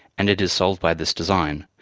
and it is solved by this design.